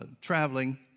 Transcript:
traveling